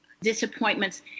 disappointments